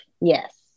yes